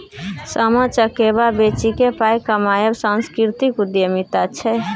सामा चकेबा बेचिकेँ पाय कमायब सांस्कृतिक उद्यमिता छै